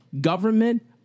government